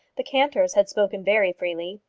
the cantors had spoken very freely.